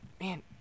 man